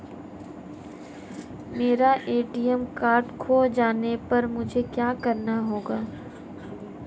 मेरा ATM card खो जाने पर मुझे क्या करना होगा?